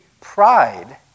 Pride